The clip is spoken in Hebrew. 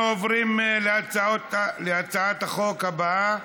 אנחנו עוברים להצעת החוק הבאה,